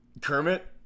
Kermit